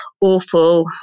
awful